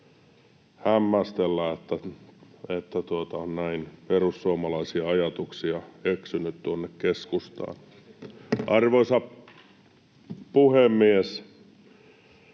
hämmästellä, että on näin perussuomalaisia ajatuksia eksynyt tuonne keskustaan. [Hannu